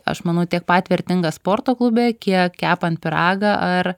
aš manau tiek pat vertingas sporto klube kiek kepant pyragą ar